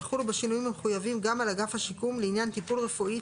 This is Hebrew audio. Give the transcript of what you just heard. יחולו בשינויים המחויבים גם על אגף השיקום לעניין טיפול רפואי,